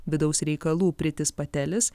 vidaus reikalų pritis patelis